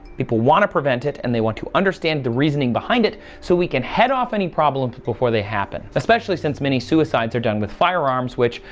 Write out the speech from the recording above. people want to prevent it and they want to understand the reasoning behind it. so we can head off any problems before they happen, especially since many suicides are done with firearms, which,